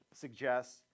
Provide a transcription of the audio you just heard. suggests